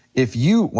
if you,